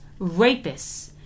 rapists